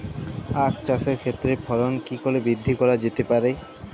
আক চাষের ক্ষেত্রে ফলন কি করে বৃদ্ধি করা যেতে পারে?